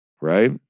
Right